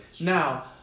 Now